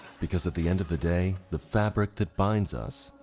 because at the end of the day, the fabric that binds us